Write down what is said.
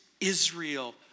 Israel